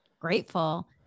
grateful